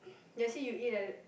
let's say you eat at